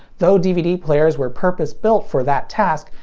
though dvd players were purpose-built for that task,